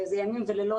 זה ימים ולילות,